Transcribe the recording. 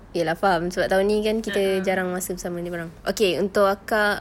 ya lah sebab tahun ini kan kita jarang masa bersama dia kau orang okay untuk akak